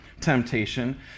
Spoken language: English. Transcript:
temptation